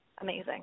amazing